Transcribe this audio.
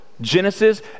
Genesis